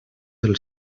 del